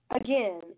Again